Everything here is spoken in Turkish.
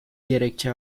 gerekçe